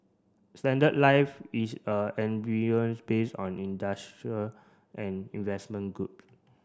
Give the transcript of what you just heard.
Standard Life is a based on industrial and investment group